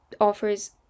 offers